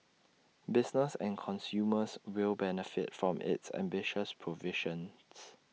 business and consumers will benefit from its ambitious provisions